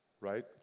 right